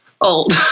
old